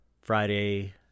Friday